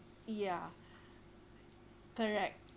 ya correct